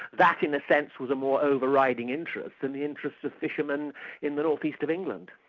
that in a sense was a more over-riding interest than the interests of fishermen in the north-east of england.